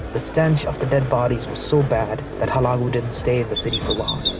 the stench of the dead bodies was so bad that hulagu didn't stay in the city for long.